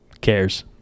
cares